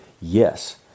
Yes